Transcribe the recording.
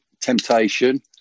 temptation